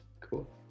cool